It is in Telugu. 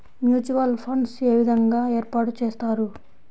మ్యూచువల్ ఫండ్స్ ఏ విధంగా ఏర్పాటు చేస్తారు?